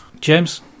James